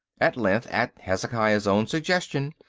at length, at hezekiah's own suggestion,